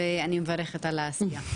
ואני מברכת על העשייה.